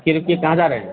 रुकिए रुकिए कहाँ जा रहे हैं